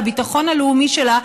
לביטחון הלאומי שלה,